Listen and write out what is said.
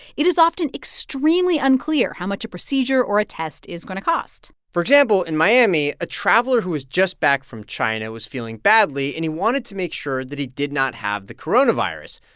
it is often extremely unclear how much a procedure or a test is going to cost for example, in miami, a traveler who was just back from china was feeling badly, and he wanted to make sure that he did not have the coronavirus.